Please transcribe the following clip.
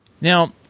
Now